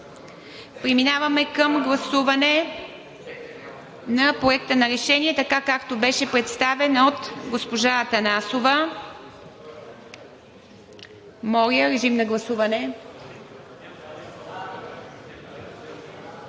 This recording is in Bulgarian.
Преминаваме към гласуване на Проекта на решение така, както беше представен от госпожа Атанасова. Моля, режим на гласуване.